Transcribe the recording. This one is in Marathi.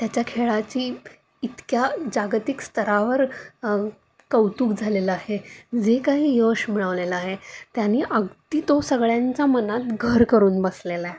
त्याच्या खेळाची इतक्या जागतिक स्तरावर कौतुक झालेलं आहे जे काही यश मिळवलेलं आहे त्याने अगदी तो सगळ्यांचा मनात घर करून बसलेला आहे